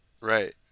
right